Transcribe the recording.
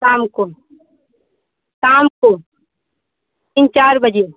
शाम को शाम को तीन चार बजे